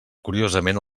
curiosament